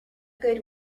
good